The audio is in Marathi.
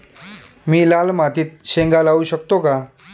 मी लाल मातीत शेंगा लावू शकतो का?